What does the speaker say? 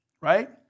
right